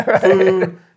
food